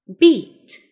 beat